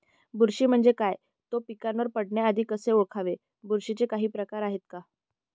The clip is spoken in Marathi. बुरशी म्हणजे काय? तो पिकावर पडण्याआधी कसे ओळखावे? बुरशीचे काही प्रकार आहेत का?